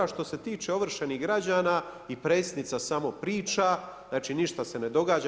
A što se tiče ovršenih građana i predsjednica samo priča, znači ništa se ne događa.